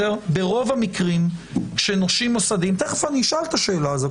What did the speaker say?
ברוב המקרים של נושים מוסדיים מיד אשאל את השאלה הזאת,